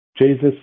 Jesus